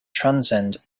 transcend